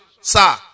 sir